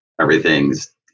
everything's